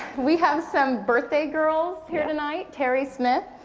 we have some birthday girls here tonight. terry smith,